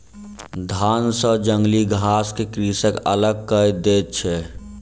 धान सॅ जंगली घास के कृषक अलग कय दैत अछि